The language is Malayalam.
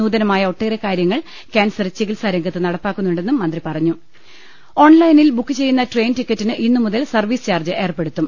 നൂതനമായ ഒട്ടേറെ കാര്യങ്ങൾ ക്യാൻസർ ചികിത്സാ രംഗത്ത് നടപ്പാക്കുന്നുണ്ടെന്നും മന്ത്രി പറഞ്ഞു ഓൺലൈനിൽ ബുക്ക്ചെയ്യുന്ന ട്രെയിൻ ടിക്കറ്റിന് ് ഇന്ന് മുതൽ സർവീസ് ചാർജ് ഏർപ്പെടുത്തും